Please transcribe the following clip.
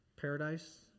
paradise